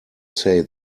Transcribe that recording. say